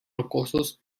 rocosos